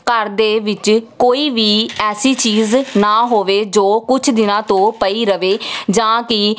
ਘਰ ਦੇ ਵਿੱਚ ਕੋਈ ਵੀ ਐਸੀ ਚੀਜ਼ ਨਾ ਹੋਵੇ ਜੋ ਕੁਛ ਦਿਨਾਂ ਤੋਂ ਪਈ ਰਵੇ ਜਾਂ ਕਿ